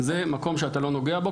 זה מקום שאתה לא נוגע בו.